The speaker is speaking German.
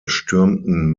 stürmten